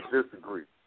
Disagree